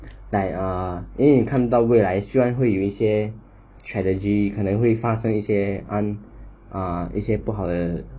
like err eh 你看到未来虽然会有一些 strategy 可能会发生一些案 uh 一些不好的